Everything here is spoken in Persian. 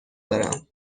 دارم